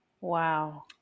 Wow